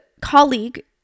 colleague